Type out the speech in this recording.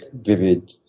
vivid